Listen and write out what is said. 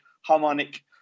harmonic